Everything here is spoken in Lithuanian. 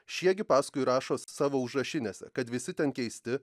šie gi paskui rašo savo užrašines kad visi ten keisti